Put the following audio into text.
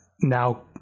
now